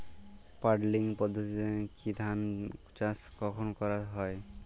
Puddling পদ্ধতিতে ধান চাষ কখন করা হয়?